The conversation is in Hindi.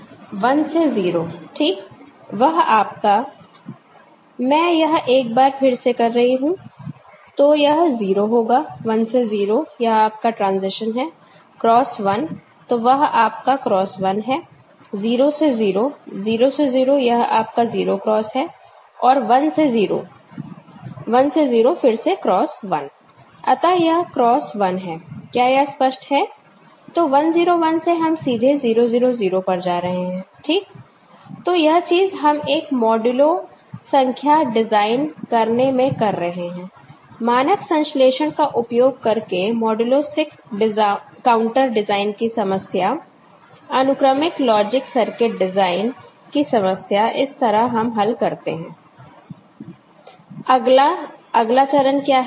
1 से 0 ठीक वह आपका मैं यह एक बार फिर से कर रही हूं तो यह 0 होगा 1 से 0 यह आपका ट्रांज़िशन है क्रॉस 1 तो वह आपका क्रॉस 1 है 0 से 0 0 से 0 यह आपका 0 क्रॉस है और 1 से 0 1 से 0 फिर से क्रॉस 1 अतः यह क्रॉस 1 है क्या यह स्पष्ट है तो 1 0 1 से हम सीधे 0 0 0 पर जा रहे हैं ठीक तो यह चीज हम एक मॉड्यूलो संख्या डिजाइन करने में कर रहे हैं मानक संश्लेषण का उपयोग करके मॉड्यूलो 6 काउंटर डिजाइन की समस्या अनुक्रमिक लॉजिक सर्किट डिजाइन की समस्या इस तरह हम हल करते हैं अगला अगला चरण क्या है